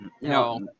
No